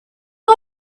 was